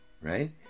right